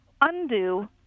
undo